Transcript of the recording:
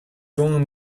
going